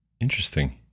interesting